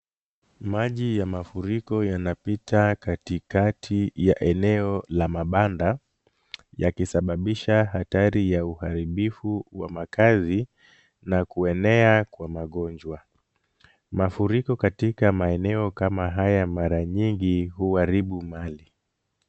Maji ya nafuriko yanapita katikati ya eneo la mabanda, yakisababisha hatari ya uharibifu wa makazi na kuenea kwa magonjwa. Mafuriko katika maeneo kama haya mara nyingi huharibu mali.